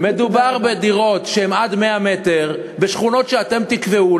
מדובר בדירות שהן עד 100 מטר בשכונות שאתם תקבעו,